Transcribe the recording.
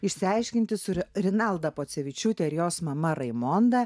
išsiaiškinti su renalda pocevičiūtė ir jos mama raimonda